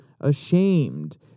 ashamed